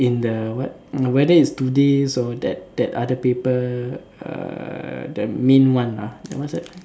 in the what whether it's Today's or that that other paper uh the main one ah what's that